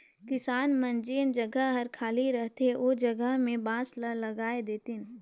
किसान मन जेन जघा हर खाली रहथे ओ जघा में बांस ल लगाय देतिन